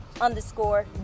underscore